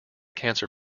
cancer